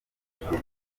bagenzi